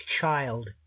child